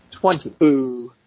Twenty